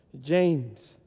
James